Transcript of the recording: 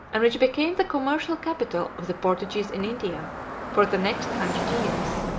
and which became the commercial capital of the portuguese in india for the next hundred years.